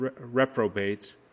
reprobates